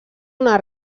una